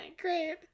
Great